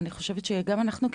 אני חושבת שגם אנחנו,